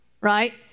Right